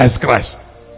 Christ